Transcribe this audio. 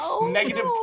negative